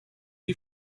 you